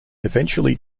eventually